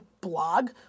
blog